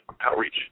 outreach